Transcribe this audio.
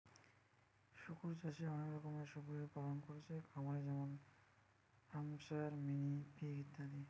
শুকর চাষে অনেক রকমের শুকরের পালন কোরছে খামারে যেমন হ্যাম্পশায়ার, মিনি পিগ ইত্যাদি